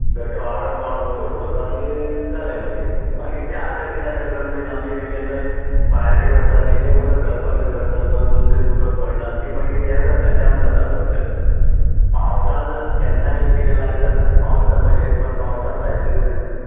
बेटो आळो मारून दवरपाचो आनी जालें मागीर मागीर तें आतां कितें जाता गरमेन आमी बी केन्नाय भायर बी वता नी ते उदक घालपाक विसरता दोन दोन दीस उदक पडना आनी तीं मागीर हें जाता जाम जाता पोंच्यान पावसान केन्नाय एक कितें लायता आसतना तें पावसान म्हजे हिसपान पावसान लायिल्ली बरी तीं